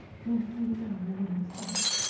there for me when no one else was.